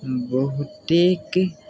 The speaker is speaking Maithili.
बहुतेक